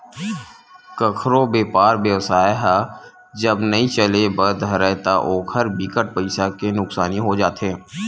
कखरो बेपार बेवसाय ह जब नइ चले बर धरय ता ओखर बिकट पइसा के नुकसानी हो जाथे